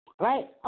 Right